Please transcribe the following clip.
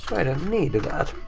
i don't need that.